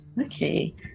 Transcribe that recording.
Okay